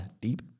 deep